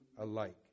alike